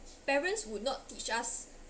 parents would not teach us